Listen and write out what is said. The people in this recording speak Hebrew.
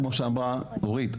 כמו שאמרה אורית,